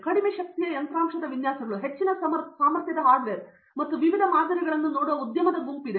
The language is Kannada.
ಕಡಿಮೆ ಶಕ್ತಿಯ ಯಂತ್ರಾಂಶದ ವಿನ್ಯಾಸಗಳು ಹೆಚ್ಚಿನ ಸಾಮರ್ಥ್ಯದ ಹಾರ್ಡ್ವೇರ್ ಮತ್ತು ವಿವಿಧ ಮಾದರಿಗಳನ್ನು ನೋಡುವ ಉದ್ಯಮದ ಗುಂಪಿನಿದೆ